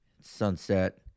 sunset